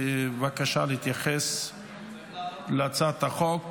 בבקשה, להתייחס להצעת החוק